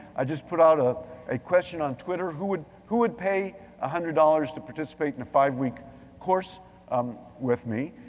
i just put out ah a question on twitter, who would who would pay one ah hundred dollars to participate in a five-week course um with me?